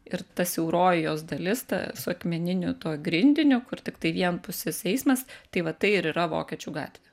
ir ta siauroji jos dalis ta su akmeniniu tuo grindiniu kur tiktai vienpusis eismas tai va tai ir yra vokiečių gatvė